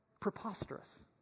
preposterous